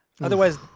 otherwise